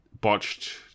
botched